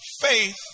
Faith